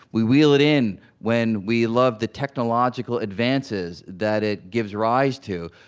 we wheel it in when we love the technological advances that it gives rise to.